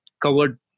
covered